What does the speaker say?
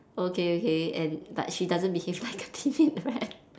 okay okay and but she doesn't behave like a timid rat